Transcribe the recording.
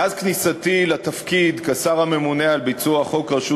מאז כניסתי לתפקיד כשר הממונה על ביצוע חוק רשות